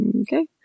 okay